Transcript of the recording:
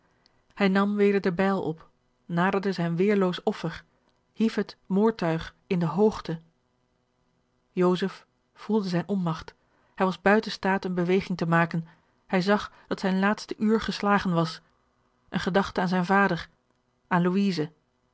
hij nam weder de bijl op naderde zijn weêrloos offer hief het het moordtuig in de hoogte joseph voelde zijn onmagt hij was buiten staat eene beweging te maken hij zag dat zijn laatste uur geslagen was eene gedachte aan zijn vader aan